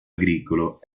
agricolo